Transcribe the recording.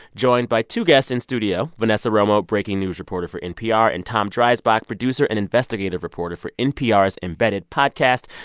joined by two guests in studio vanessa romo, breaking news reporter for npr, and tom dreisbach, producer and investigative reporter for npr's embedded podcast.